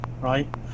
right